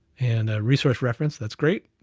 and a resource reference. that's great.